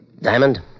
Diamond